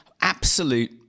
absolute